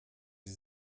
sie